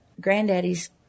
granddaddy's